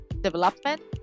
development